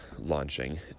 launching